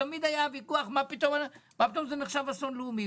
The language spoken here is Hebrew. מה פתאום זה נחשב אסון לאומי?